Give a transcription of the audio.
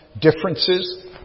differences